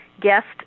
guest